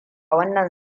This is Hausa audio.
wannan